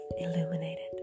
Illuminated